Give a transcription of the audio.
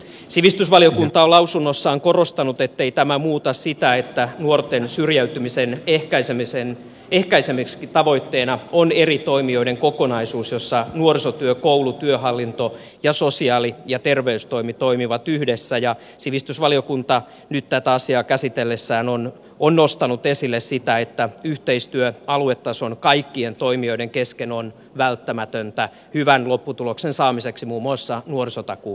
sivistysvaliokunta on lausunnossaan korostanut ettei tämä muuta sitä että nuorten syrjäytymisen ehkäisemiseksi tavoitteena on eri toimijoiden kokonaisuus jossa nuorisotyö koulu työhallinto ja sosiaali ja terveystoimi toimivat yhdessä ja sivistysvaliokunta nyt tätä asiaa käsitellessään on nostanut esille sitä että yhteistyö aluetason kaikkien toimijoiden kesken on välttämätöntä hyvän lopputuloksen saamiseksi muun muassa nuorisotakuun osalta